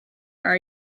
are